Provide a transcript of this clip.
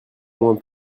moins